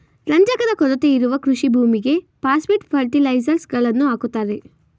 ರಂಜಕದ ಕೊರತೆ ಇರುವ ಕೃಷಿ ಭೂಮಿಗೆ ಪಾಸ್ಪೆಟ್ ಫರ್ಟಿಲೈಸರ್ಸ್ ಗಳನ್ನು ಹಾಕುತ್ತಾರೆ